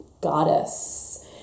goddess